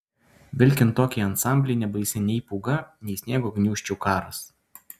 vilkint tokį ansamblį nebaisi nei pūga nei sniego gniūžčių karas